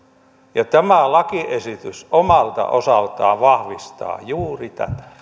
tämä lakiesitys omalta osaltaan vahvistaa juuri tätä